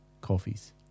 coffees